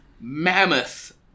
mammoth